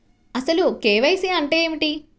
అసలు కే.వై.సి అంటే ఏమిటి?